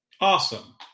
Awesome